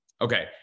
Okay